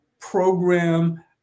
program